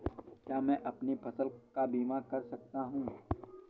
क्या मैं अपनी फसल का बीमा कर सकता हूँ?